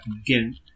again